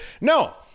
No